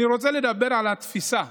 אני רוצה לדבר על התפיסה,